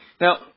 Now